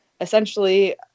essentially